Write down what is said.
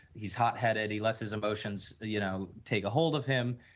he is hardheaded, he lets his emotions, you know, take a hold of him.